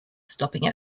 stopping